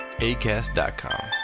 ACAST.com